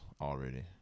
already